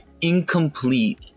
incomplete